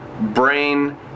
brain